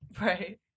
Right